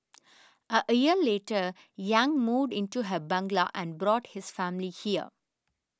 a year later Yang moved into her bungalow and brought his family here